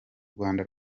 rwanda